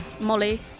Molly